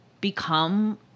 become